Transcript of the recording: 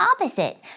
opposite